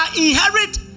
inherit